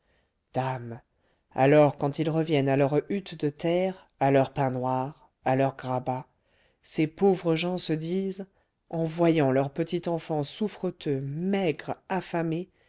dame alors quand ils reviennent à leur hutte de terre à leur pain noir à leur grabat ces pauvres gens se disent en voyant leur petit enfant souffreteux maigre affamé